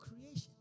creation